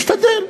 משתדל.